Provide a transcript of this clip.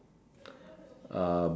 uh